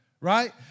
right